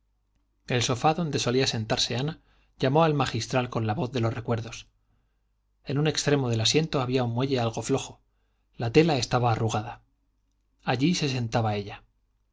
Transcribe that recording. el sofá donde solía sentarse ana llamó al magistral con la voz de los recuerdos en un extremo del asiento había un muelle algo flojo la tela estaba arrugada allí se sentaba ella